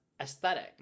aesthetic